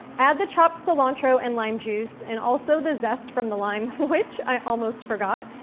add the chopped cilantro and lime juice, and also the zest from the lime, which i almost forgot,